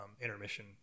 intermission